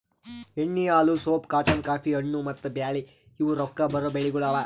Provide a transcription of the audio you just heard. ಎಣ್ಣಿ, ಹಾಲು, soap, cotton, coffee, ಹಣ್ಣು, ಮತ್ತ ಬ್ಯಾಳಿ ಇವು ರೊಕ್ಕಾ ಬರೋ ಬೆಳಿಗೊಳ್ ಅವಾ